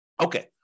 Okay